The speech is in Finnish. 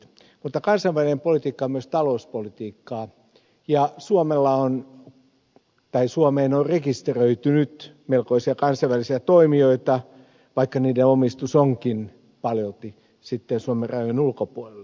mutta kansainvälinen politiikka on myös talouspolitiikkaa ja suomeen on rekisteröitynyt melkoisia kansainvälisiä toimijoita vaikka niiden omistus onkin paljolti suomen rajojen ulkopuolella